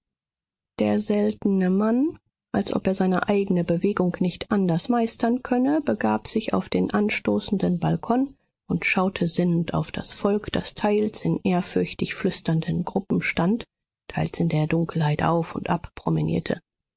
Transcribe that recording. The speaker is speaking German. der seltene mann als ob er seine eigne bewegung nicht anders meistern könne begab sich auf den anstoßenden balkon und schaute sinnend auf das volk das teils in ehrfürchtig flüsternden gruppen stand teils in der dunkelheit auf und